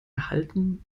erhalten